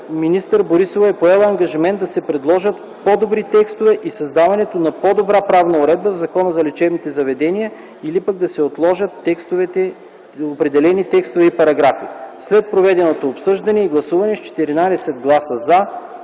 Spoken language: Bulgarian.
министър Борисова е поела ангажимент да се предложат по-добри текстове и създаването на по-добра правна уредба в Закона за лечебните заведения или пък ще се отложат текстовете на параграфа. След проведеното обсъждане и гласуване с 14 гласа „за”,